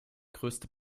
größte